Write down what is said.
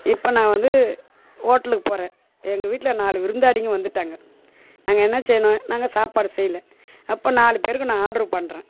இப்போ நான் வந்து ஹோட்டலுக்கு போகிறேன் எங்கள் வீட்டில் நாலு விருந்தாளிங்க வந்துட்டாங்க நாங்கள் என்ன செய்யணும் நாங்கள் சாப்பாடு செய்யல அப்போ நாலு பேருக்கும் நான் ஆட்ரு பண்ணுறேன்